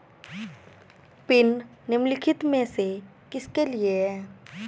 Pin निम्नलिखित में से किसके लिए है?